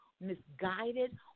misguided